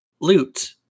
Loot